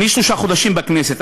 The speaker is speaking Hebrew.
אני שלושה חודשים בכנסת,